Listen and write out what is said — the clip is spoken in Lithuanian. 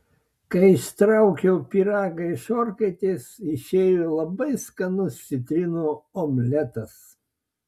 kai ištraukiau pyragą iš orkaitės išėjo labai skanus citrinų omletas